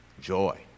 joy